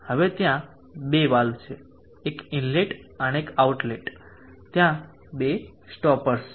હવે ત્યાં બે વાલ્વ છે એક ઇનલેટ વાલ્વ અને આઉટલેટ વાલ્વ છે ત્યાં બે સ્ટોપર્સ છે